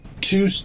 two